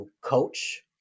coach